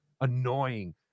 annoying